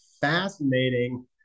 fascinating